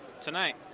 tonight